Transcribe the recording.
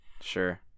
sure